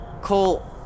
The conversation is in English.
Cole